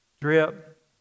Drip